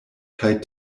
kaj